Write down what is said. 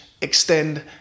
extend